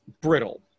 brittle